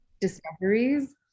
discoveries